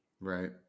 Right